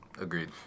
Agreed